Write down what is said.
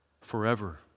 Forever